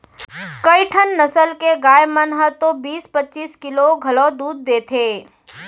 कइठन नसल के गाय मन ह तो बीस पच्चीस किलो घलौ दूद देथे